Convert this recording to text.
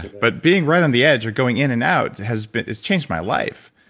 but being right on the edge or going in and out has changed my life.